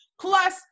Plus